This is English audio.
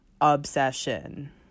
Obsession